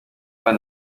pas